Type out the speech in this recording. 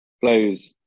flows